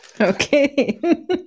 Okay